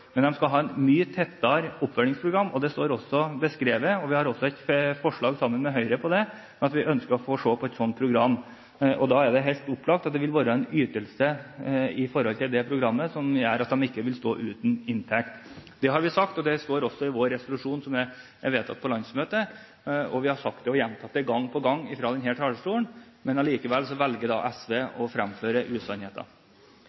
men de skal ha et mye tettere oppfølgingsprogram. Det står beskrevet, og vi har også et forslag sammen med Høyre om at vi ønsker å se på et slikt program. Da er det helt opplagt at det vil være en ytelse i forhold til det programmet som gjør at de ikke vil stå uten inntekt. Det har vi sagt, og det står også i vår resolusjon som er vedtatt på landsmøtet. Vi har sagt det og gjentatt det gang på gang fra denne talerstolen, men allikevel velger da SV